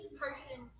person